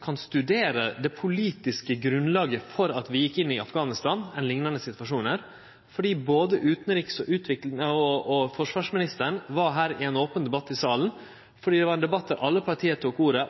kan studere det politiske grunnlaget for at vi gjekk inn i Afghanistan enn i liknande situasjonar, fordi både utanriksministeren og forsvarsministeren var her i ein open debatt i salen. Det var ein debatt der alle parti tok ordet